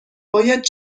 باید